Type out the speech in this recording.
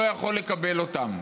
לא יכול לקבל אותן.